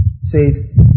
says